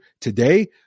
today